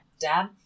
dad